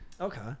Okay